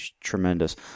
tremendous